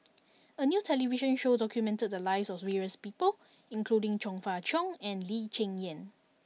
a new television show documented the lives of various people including Chong Fah Cheong and Lee Cheng Yan